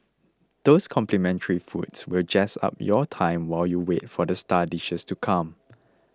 those complimentary foods will jazz up your time while you wait for the star dishes to come